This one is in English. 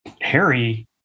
Harry